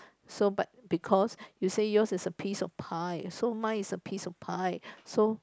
so but because you said yours is a piece of pie so mine is a piece of pie so